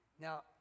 now